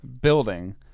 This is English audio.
building